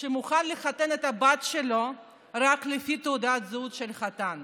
שמוכן לחתן את הבת שלו רק לפי תעודת הזהות של החתן".